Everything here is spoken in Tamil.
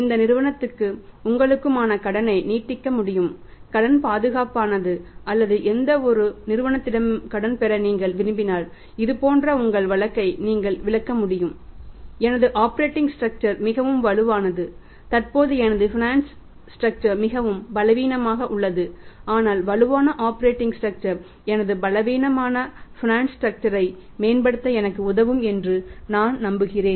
இந்த நிறுவனத்துக்கும் உங்களுக்குமான கடனை நீட்டிக்க முடியும் கடன் பாதுகாப்பானது அல்லது எந்தவொரு நிறுவனத்திடமிருந்தும் கடன் பெற நீங்கள் விரும்பினால் இது போன்ற உங்கள் வழக்கை நீங்கள் விளக்க முடியும் எனது ஆப்பரேட்டிங் ஸ்ட்ரக்சர் ஐ மேம்படுத்த எனக்கு உதவும் என்று நான் நம்புகிறேன்